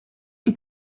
est